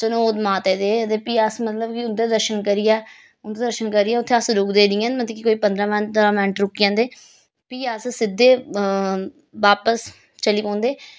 चिनोद माता दे ते फ्ही अस मतलब कि उं'दे दर्शन करियै उं'दे दर्शन करियै उत्थें अस रुकदे नेईं ऐ मतलब कि कोई पंदरां पंदरां मैंट्ट रुकी जन्दे फ्ही अस सिद्धे बापस चली पौंदे